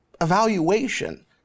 evaluation